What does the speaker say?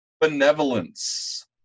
benevolence